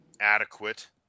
adequate